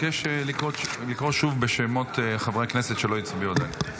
אבקש לקרוא שוב בשמות חברי הכנסת שלא הצביעו עדיין.